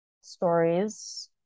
stories